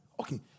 Okay